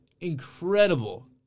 incredible